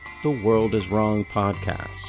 theworldiswrongpodcast